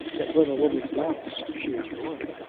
that when a woman doubts she is won.